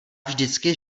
vždycky